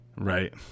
Right